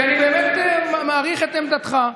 כי אני באמת מעריך את עמדתך.